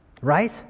right